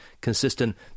consistent